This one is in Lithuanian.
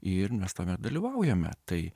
ir mes tame dalyvaujame tai